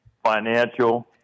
Financial